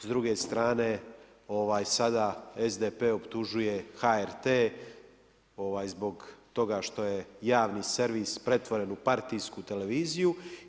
S druge strane sada SDP optužuje HRT zbog toga što je javni servis pretvoren u partijsku televiziju.